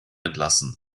entlassen